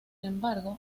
embargo